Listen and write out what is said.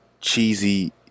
cheesy